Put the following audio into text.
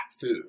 food